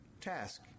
task